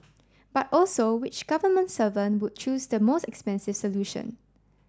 but also which government servant would choose the most expensive solution